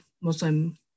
Muslim